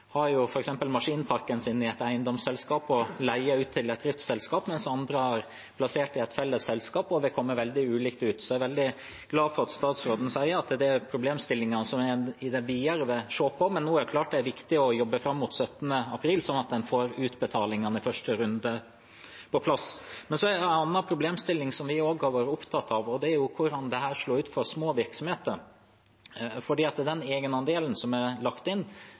maskinparken sin i et eiendomsselskap og leier ut til et driftsselskap, mens andre har plassert den i et felles selskap, og de kommer veldig ulikt ut. Så jeg er veldig glad for at statsråden sier at det er problemstillinger som en vil se videre på. Men nå er det klart at det er viktig å jobbe fram mot 17. april, sånn at en får utbetalingene i første runde på plass. Det er en annen problemstilling som vi også har vært opptatt av, og det er hvordan dette slår ut for små virksomheter. Når det gjelder den egenandelen som er lagt inn,